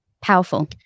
powerful